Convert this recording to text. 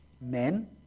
Men